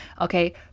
Okay